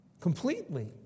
completely